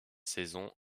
saison